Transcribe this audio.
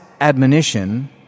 admonition